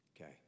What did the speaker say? Okay